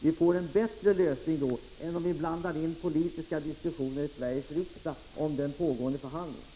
Vi får en bättre lösning då än om vi blandar in politiska diskussioner i Sveriges riksdag om den pågående förhandlingen.